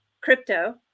crypto